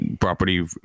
property